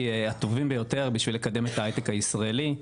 הטובים ביותר בשביל לקדם את הייטק הישראלי.